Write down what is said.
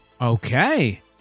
Okay